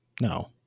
No